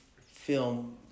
film